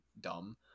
dumb